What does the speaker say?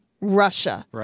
Russia